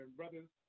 brothers